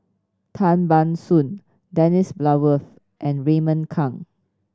Tan Ban Soon Dennis Bloodworth and Raymond Kang